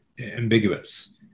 ambiguous